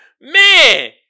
Man